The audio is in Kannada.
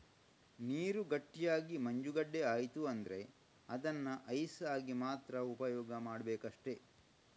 ನೀರು ಗಟ್ಟಿಯಾಗಿ ಮಂಜುಗಡ್ಡೆ ಆಯ್ತು ಅಂದ್ರೆ ಅದನ್ನ ಐಸ್ ಆಗಿ ಮಾತ್ರ ಉಪಯೋಗ ಮಾಡ್ಬೇಕಷ್ಟೆ